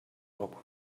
hocken